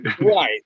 Right